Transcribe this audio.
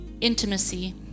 Intimacy